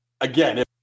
again